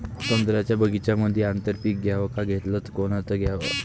संत्र्याच्या बगीच्यामंदी आंतर पीक घ्याव का घेतलं च कोनचं घ्याव?